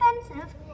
expensive